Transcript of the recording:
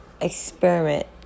experiment